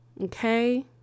Okay